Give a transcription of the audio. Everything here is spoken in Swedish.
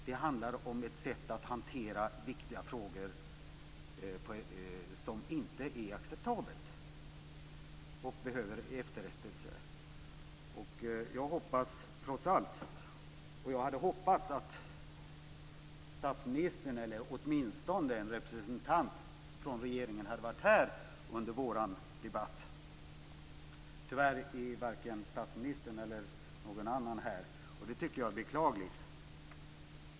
Det handlar om ett sätt att hantera viktiga frågor som inte är acceptabelt och behöver rättas till. Jag hade hoppats att statsministern eller åtminstone en representant från regeringen skulle ha varit här under vår debatt. Tyvärr är varken statsministern eller någon annan här. Det tycker jag är beklagligt.